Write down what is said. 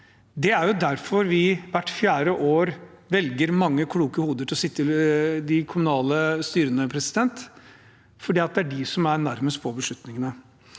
Det er derfor vi hvert fjerde år velger mange kloke hoder til å sitte i kommunestyrene. Det er de som er nærmest til å ta beslutningene.